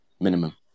Minimum